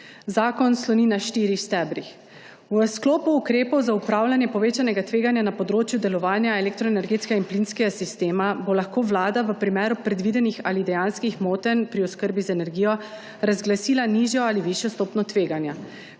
Zakon sloni na štirih stebrih. V sklopu ukrepov za upravljanje povečanega tveganja na področju delovanja elektroenergetskega in plinskega sistema bo lahko vlada v primeru predvidenih ali dejanskih motenj pri oskrbi z energijo razglasila nižjo ali višjo stopnjo tveganja.